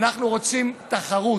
אנחנו רוצים תחרות.